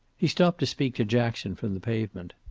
he stopped to speak to jackson from the pavement.